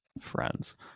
friends